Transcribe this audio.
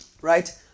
right